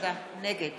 נגד